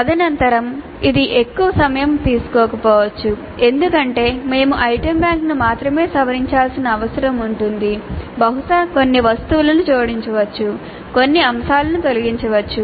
తదనంతరం ఇది ఎక్కువ సమయం తీసుకోకపోవచ్చు ఎందుకంటే మేము ఐటెమ్ బ్యాంక్ను మాత్రమే సవరించాల్సిన అవసరం ఉంది బహుశా కొన్ని వస్తువులను జోడించవచ్చు కొన్ని అంశాలను తొలగించవచ్చు